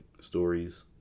stories